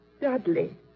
Dudley